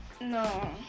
No